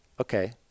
okay